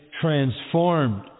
transformed